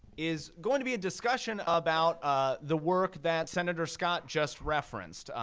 is going to be a discussion about ah the work that senator scott just referenced,